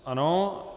Ano.